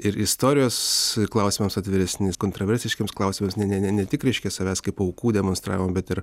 ir istorijos klausimams atviresni kontraversiškiems klausimas ne ne ne tik reiškia savęs kaip aukų demonstravimo bet ir